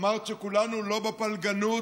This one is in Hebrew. אמרת שכולנו לא בפלגנות,